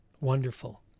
Wonderful